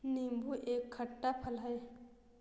नीबू एक खट्टा फल है